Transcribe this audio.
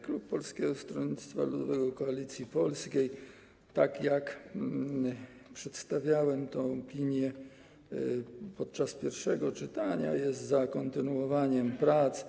Klub Polskie Stronnictwo Ludowe - Koalicja Polska, tak jak przedstawiałem tę opinię podczas pierwszego czytania, jest za kontynuowaniem prac.